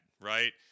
right